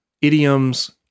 idioms